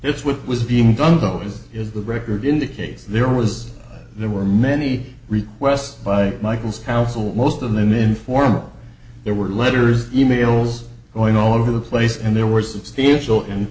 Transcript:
it's what was being done though is the record in the case there was there were many requests by michael's counsel most of them informal there were letters e mails going all over the place and there were substantial and